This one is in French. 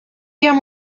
guerre